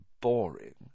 boring